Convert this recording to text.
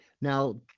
Now